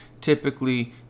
typically